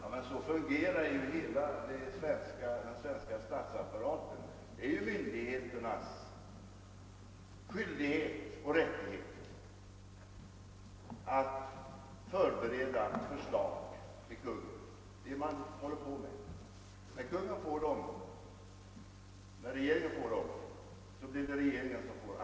Herr talman! Så fungerar hela den svenska statsapparaten. Myndigheternas skyldighet och rättighet är ju att förbereda förslag till Kungl. Maj:t. När regeringen har fått dessa förslag, övertar regeringen ansvaret.